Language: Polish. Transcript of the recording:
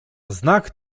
znak